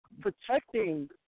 protecting